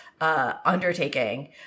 undertaking